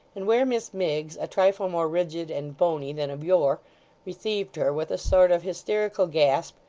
and where miss miggs a trifle more rigid and bony than of yore received her with a sort of hysterical gasp,